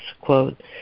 quote